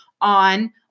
on